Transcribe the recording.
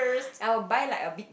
I will buy like a big